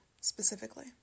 specifically